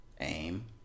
aim